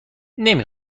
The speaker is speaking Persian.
نمی